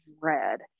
red